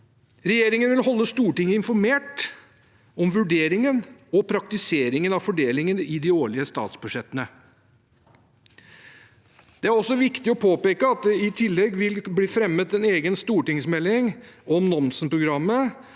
Regjeringen vil holde Stortinget informert om vurderingene og praktiseringen av fordelingen i de årlige statsbudsjettene. Det er også viktig å påpeke at det i tillegg vil bli fremmet en egen stortingsmelding om Nansen-programmet